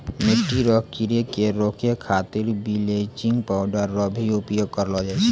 मिट्टी रो कीड़े के रोकै खातीर बिलेचिंग पाउडर रो भी उपयोग करलो जाय छै